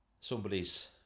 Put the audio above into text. somebody's